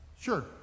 Sure